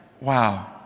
wow